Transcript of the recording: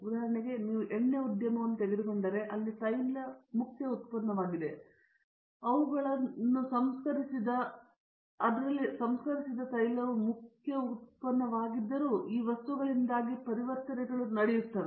ಉದಾಹರಣೆಗೆ ನೀವು ಎಣ್ಣೆ ಉದ್ಯಮವನ್ನು ತೆಗೆದುಕೊಂಡರೆ ಅಲ್ಲಿ ತೈಲ ಮುಖ್ಯ ಉತ್ಪನ್ನವಾಗಿದೆ ಮತ್ತು ಅವುಗಳ ಸಂಸ್ಕರಿಸಿದ ತೈಲವು ಮುಖ್ಯ ಉತ್ಪನ್ನವಾಗಿದ್ದರೂ ಈ ವಸ್ತುಗಳಿಂದಾಗಿ ಪರಿವರ್ತನೆಗಳು ಮಾತ್ರ ನಡೆಯುತ್ತಿದೆ